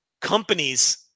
companies